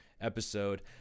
episode